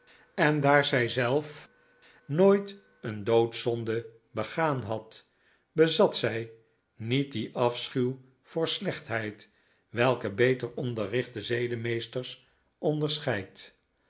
en daar zij zelf nooit een doodzonde begaan had bezat zij niet dien afschuw voor slechtheid welke beter onderrichte zedenmeesters onderscheidt